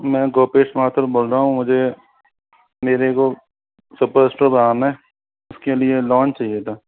मैं गोपेश माथुर बोल रहा हूँ मुझे मेरे को सुपर स्टोर बनाना है उसके लिए लोन चाहिए था